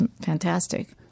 fantastic